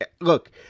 look